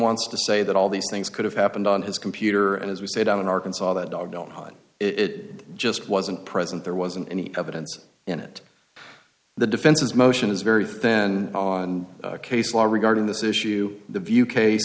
wants to say that all these things could have happened on his computer and as we say down in arkansas that dog don't hide it just wasn't present there wasn't any evidence in it the defense's motion is very thin on case law regarding this issue the view